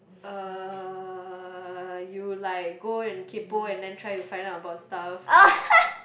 uh you like go and kaypo and then try to find out about stuff